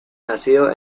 nacido